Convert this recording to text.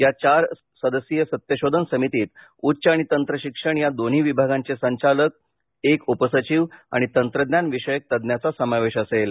या चार सदस्यीय सत्यशोधन समितीत उच्च आणि तंत्रशिक्षण या दोन्ही विभागांचे संचालक एक उपसचिव आणि तंत्रज्ञान विषयक तज्ज्ञाचा समावेश असेल